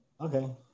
Okay